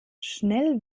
schnell